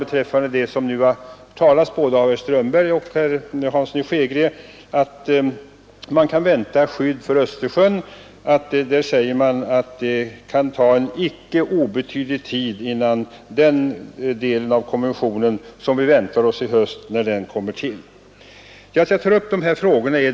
Beträffande det som nu både herr Strömberg och herr Hansson i Skegrie har talat om, att det kan väntas skydd för Östersjön, säger man att det kan dröja en icke obetydlig tid innan den delen av konventionen — som vi väntar i höst — tillkommer.